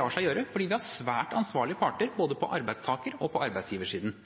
lar seg gjøre fordi vi har svært ansvarlige parter både på arbeidstaker- og på arbeidsgiversiden.